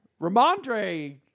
Ramondre